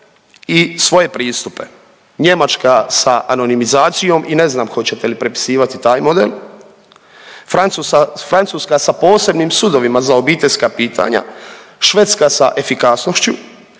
i svoje pristupe. Njemačka sa anonimizacijom i ne znam hoćete li prepisivati taj model. Francuska sa posebnim sudovima za obiteljska pitanja. Švedska sa efikasnošću,